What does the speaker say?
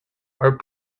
are